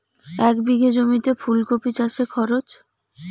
এক বিঘে জমিতে ফুলকপি চাষে খরচ?